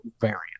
variant